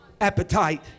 appetite